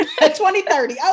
2030